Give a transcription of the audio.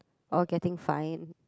or getting fined